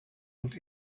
und